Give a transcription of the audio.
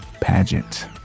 pageant